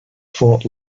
fort